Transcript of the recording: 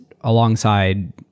alongside